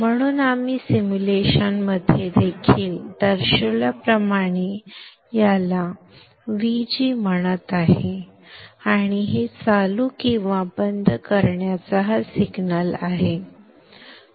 म्हणून आपण सिम्युलेशनमध्ये दर्शविल्याप्रमाणे मी याला Vg म्हणत आहे आणि हे चालू किंवा बंद करण्याचा हा सिग्नल आहे